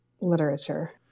literature